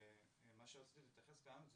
מה שרציתי להתייחס גם,